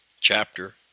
chapter